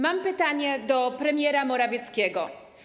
Mam pytanie do premiera Morawieckiego.